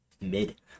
mid